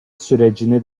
sürecini